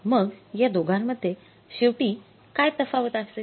मग या दिघान्मधेय शेवटी काय तफावत असेल